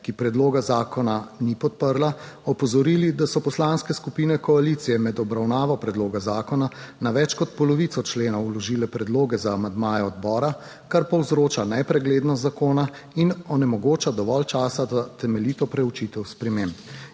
ki predloga zakona ni podprla, opozorili, da so poslanske skupine koalicije med obravnavo predloga zakona na več kot polovico členov vložile predloge za amandmaje odbora, kar povzroča nepreglednost zakona in onemogoča dovolj časa za temeljito preučitev sprememb.